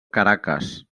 caracas